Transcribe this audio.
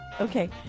okay